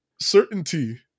certainty